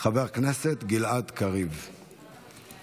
חבר הכנסת רון כץ, אינו